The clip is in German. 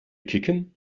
kicken